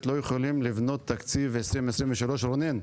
לא יכולים לבנות תקציב 2023. רונן,